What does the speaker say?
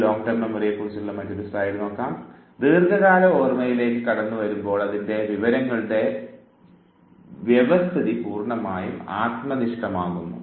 ഇപ്പോൾ ദീർഘകാല ഓർമ്മയിലേക്ക് കടന്നു വരുമ്പോൾ അതിൻറെ വിവരങ്ങളുടെ വ്യവസ്ഥിതി പൂർണ്ണമായും ആത്മനിഷ്ഠമാകുന്നു